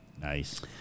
Nice